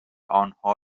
آنها